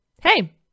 Hey